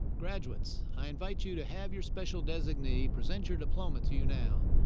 graduates, i invite you to have your special designee present your diploma to you now.